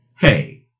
Hey